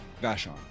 Vashon